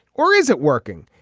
or is it working.